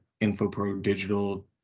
infoprodigital